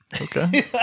okay